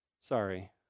Sorry